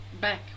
back